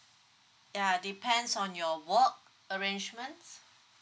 ya depends on your work arrangements